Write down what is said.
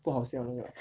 不好笑那个